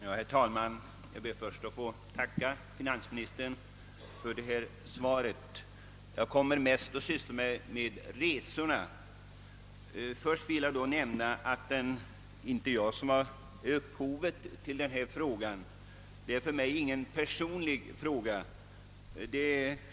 Herr talman! Jag ber att få tacka finansministern för svaret. Jag kommer mest att syssla med resorna. Först vill jag nämna att det inte är jag som är upphovet till denna fråga — det är för mig ingen personlig fråga.